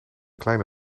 kleine